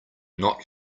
not